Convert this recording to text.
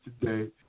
today